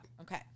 Okay